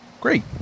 Great